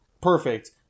perfect